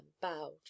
bowed